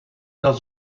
dat